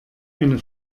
eine